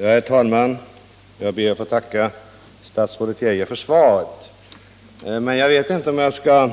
Herr talman! Jag ber att få tacka statsrådet Geijer för svaret. Jag vet inte om jag skall